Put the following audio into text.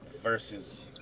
versus